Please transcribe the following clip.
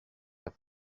have